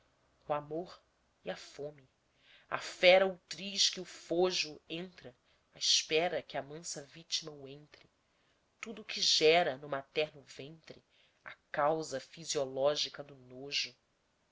o amor e a fome a fera ultriz que o fojo entra à espera que a mansa vítima o entre tudo que gera no materno ventre a causa fisiológica do nojo